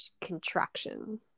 contraction